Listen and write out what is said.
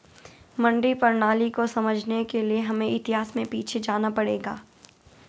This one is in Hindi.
मंडी प्रणाली को समझने के लिए हमें इतिहास में पीछे जाना पड़ेगा